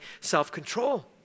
self-control